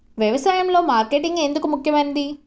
వ్యసాయంలో మార్కెటింగ్ ఎందుకు ముఖ్యమైనది?